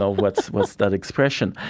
so what's, what's that expression,